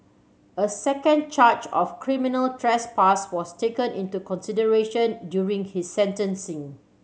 a second charge of criminal trespass was taken into consideration during his sentencing